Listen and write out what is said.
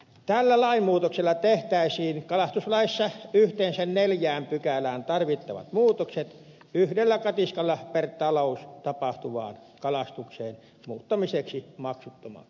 tällä lainmuutoksella tehtäisiin kalastuslaissa yhteensä neljään pykälään tarvittavat muutokset yhdellä katiskalla per talous tapahtuvan kalastuksen muuttamiseksi maksuttomaksi